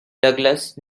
douglas